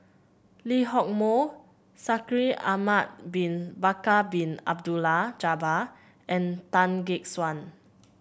Lee Hock Moh Shaikh Ahmad Bin Bakar Bin Abdullah Jabbar and Tan Gek Suan